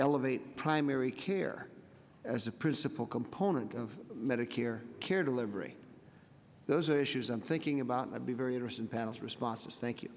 elevate primary care as a principle component of medicare care delivery those issues i'm thinking about and i'd be very interesting panels responses thank you